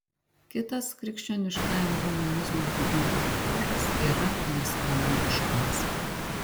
kitas krikščioniškajam humanizmui būdingas bruožas yra nesavanaudiškumas